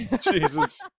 jesus